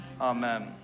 amen